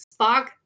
Spock